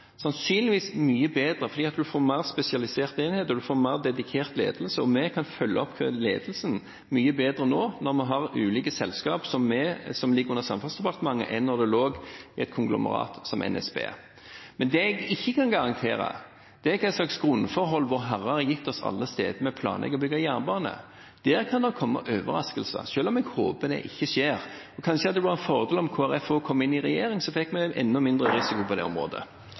sannsynligvis mye bedre, fordi en får mer spesialiserte enheter, og en mer dedikert ledelse. Og vi kan følge opp ledelsen mye bedre nå, når vi har ulike selskap som ligger under Samferdselsdepartementet, enn da det lå et konglomerat som NSB der. Men det jeg ikke kan garantere, er hva slags grunnforhold Vårherre har gitt oss alle de stedene vi planlegger å bygge jernbane. Der kan det komme overraskelser, selv om jeg håper det ikke skjer. Kanskje det hadde vært en fordel om Kristelig Folkeparti også kom inn i regjering, så fikk vi en enda mindre risiko på det området.